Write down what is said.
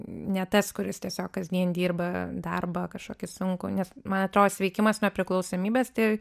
ne tas kuris tiesiog kasdien dirba darbą kažkokį sunkų nes man atrodo sveikimas nuo priklausomybės tai